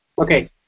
okay